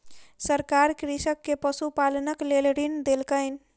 सरकार कृषक के पशुपालनक लेल ऋण देलकैन